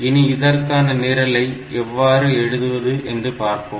இனி இதற்கான நிரலை எவ்வாறு எழுதுவது என்று பார்ப்போம்